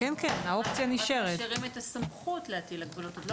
כדי שעוזר הרופא לא יבצע את הפעולות שהן